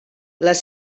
les